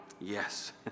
Yes